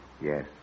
Yes